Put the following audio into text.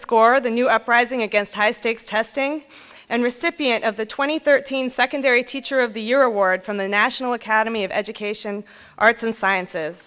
score the new uprising against high stakes testing and recipient of the two thousand and thirteen secondary teacher of the year award from the national academy of education arts and sciences